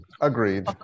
Agreed